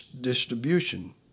distribution